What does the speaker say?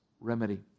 Remedy